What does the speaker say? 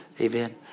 Amen